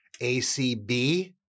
ACB